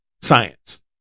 science